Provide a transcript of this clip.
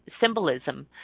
symbolism